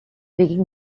begin